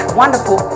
wonderful